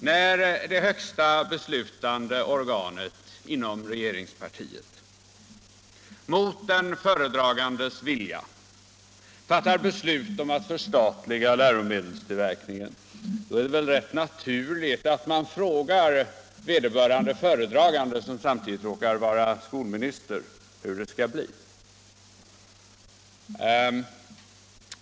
När det högsta beslutande organet inom regeringspartiet mot den föredragandes vilja fattar beslut om ett förstatligande av läromedelstillverkningen är det väl ganska naturligt att man frågar vederbörande föredragande - som samtidigt råkar vara skolminister — hur det skall bli.